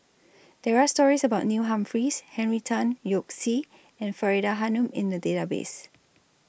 There Are stories about Neil Humphreys Henry Tan Yoke See and Faridah Hanum in The Database